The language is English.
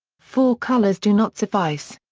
four colors do not suffice.